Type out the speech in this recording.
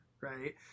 right